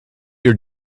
your